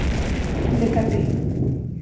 ᱞᱮᱠᱟᱛᱮ